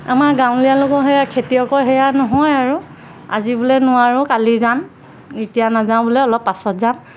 আমাৰ গাঁৱলীয়া লোকৰ সেয়া খেতিয়কৰ সেয়া নহয় আৰু আজি বোলে নোৱাৰোঁ কালি যাম এতিয়া নাযাওঁ বোলে অলপ পাছত যাম